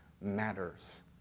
matters